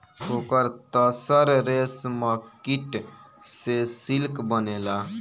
ओकर तसर रेशमकीट से सिल्क बनेला